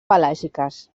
pelàgiques